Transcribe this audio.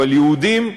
אבל יהודים,